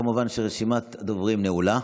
כמובן שרשימת הדוברים נעולה.